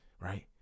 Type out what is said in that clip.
right